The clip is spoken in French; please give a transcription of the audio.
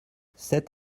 sept